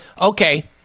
okay